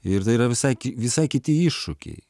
ir tai yra visai visai kiti iššūkiai